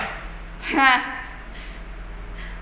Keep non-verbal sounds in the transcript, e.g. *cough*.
*laughs*